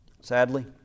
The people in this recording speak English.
Sadly